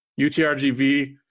UTRGV